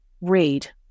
read